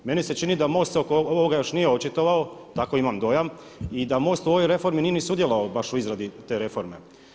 Meni se čini da se MOST oko ovoga još nije očitovao, tako imam dojam i da MOST u ovoj reformi nije ni sudjelovao baš u izradi te reforme.